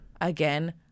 again